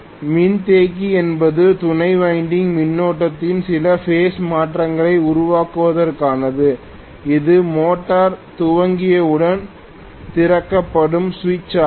மின்தேக்கி என்பது துணை வைண்டிங் மின்னோட்டத்தில் சில பேஸ் மாற்றங்களை உருவாக்குவதற்கானது இது மோட்டார் துவங்கியவுடன் திறக்கப்படும் சுவிட்ச் ஆகும்